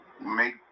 make